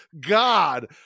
god